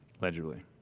legibly